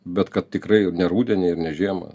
bet kad tikrai ne rudenį ir ne žiemą